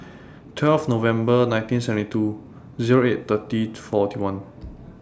twelve November nineteen seventy two Zero eight thirty forty one